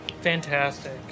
Fantastic